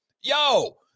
Yo